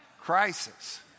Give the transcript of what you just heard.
Crisis